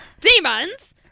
Demons